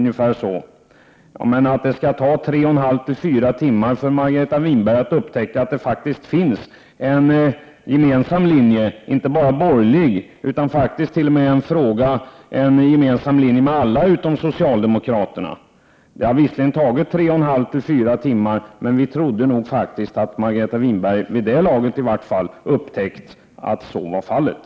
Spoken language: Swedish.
Debatten har alltså pågått i tre och en halv till fyra timmar utan att Margareta Winberg har upptäckt att det finns en gemensam linje — inte bara en borgerlig utan en gemensam linje för alla partier utom socialdemokraterna. Vi trodde faktiskt att Margareta Winberg vid det här laget hade upptäckt att så var fallet.